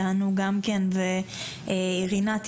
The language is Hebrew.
תענו גם כן על השאלה של חברת הכנסת שטרית ורינת,